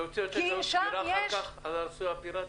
רוצה לתת עוד סקירה אחר-כך על הנושא הפיראטי?